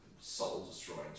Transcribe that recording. soul-destroying